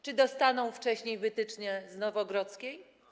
Czy dostaną wcześniej wytyczne z Nowogrodzkiej?